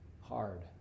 Hard